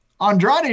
Andrade